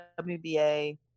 WBA